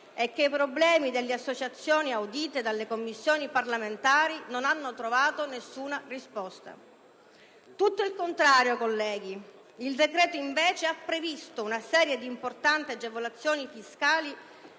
e che i problemi delle associazioni audite dalle Commissioni parlamentari non hanno trovato alcuna risposta. Tutto il contrario, colleghi. Il decreto, invece, ha previsto una serie di importanti agevolazioni fiscali